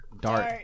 Dart